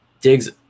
digs